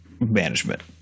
management